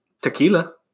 Tequila